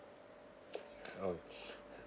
oh